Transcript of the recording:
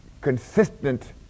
consistent